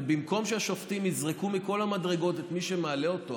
ובמקום שהשופטים יזרקו מכל המדרגות את מי שמעלה אותו,